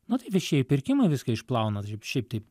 nu tai viešieji pirkimai viską išplauna šiaip taip